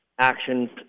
actions